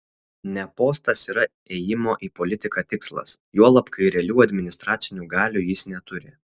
ne postas yra ėjimo į politiką tikslas juolab kai realių administracinių galių jis neturi